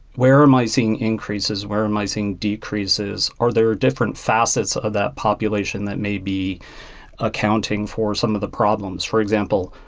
where am i seeing increases? where am i seeing decreases? are there different facets of that population that may be accounting for some of the problems? for example,